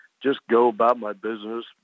just-go-about-my-business